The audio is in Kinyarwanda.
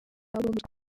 burundu